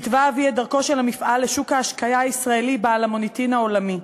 התווה אבי את דרכו של המפעל לשוק ההשקיה הישראלי בעל המוניטין העולמי.